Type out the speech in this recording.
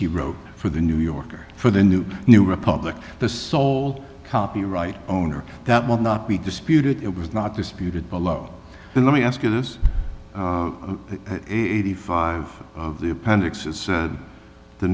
he wrote for the new yorker for the new new republic the sole copyright owner that will not be disputed it was not disputed below then let me ask you this eighty five of the